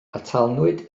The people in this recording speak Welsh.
atalnwyd